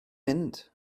mynd